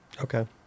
Okay